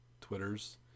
Twitters